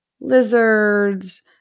lizards